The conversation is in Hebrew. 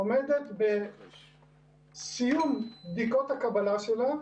עומדת בסיום בדיקות הקבלה שלה.